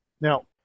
Now